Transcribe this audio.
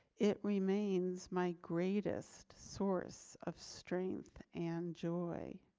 it remains my greatest source of strength and joy.